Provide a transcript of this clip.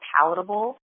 palatable